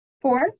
Four